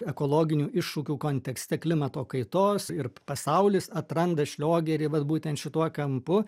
ekologinių iššūkių kontekste klimato kaitos ir pasaulis atranda šliogerį vat būtent šituo kampu